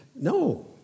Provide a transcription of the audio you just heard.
No